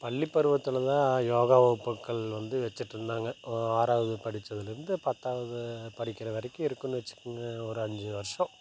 பள்ளி பருவத்தில் தான் யோகா வகுப்புகள் வந்து வெச்சுட்ருந்தாங்க ஆறாவது படித்ததுலேருந்து பத்தாவது படிக்கிற வரைக்கும் இருக்குதுன்னு வெச்சுக்கங்க ஒரு அஞ்சு வருஷம்